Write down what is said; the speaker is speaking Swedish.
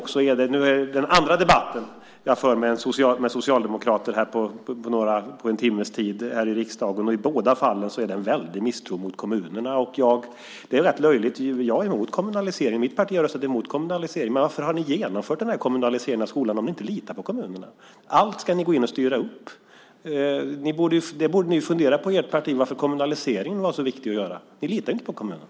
Det här är den andra debatten som jag för med socialdemokrater under en timmes tid här i riksdagen, och i båda fallen finns det en väldig misstro mot kommunerna. Och det är rätt löjligt. Jag är emot kommunalisering. Mitt parti har röstat mot kommunalisering. Men varför har ni genomfört denna kommunalisering av skolan om ni inte litar på kommunerna? Allt ska ni gå in och styra. I ert parti borde ni fundera på varför kommunaliseringen var så viktig att genomföra. Ni litar ju inte på kommunerna.